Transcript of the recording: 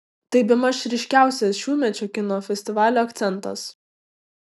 tai bemaž ryškiausias šiųmečio kino festivalio akcentas